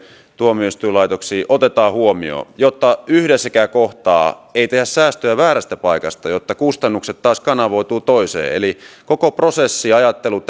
tuomioistuinlaitoksiin otetaan huomioon jotta yhdessäkään kohtaa ei tehdä säästöjä väärästä paikasta jotta kustannukset taas kanavoituvat toiseen eli koko prosessiajattelun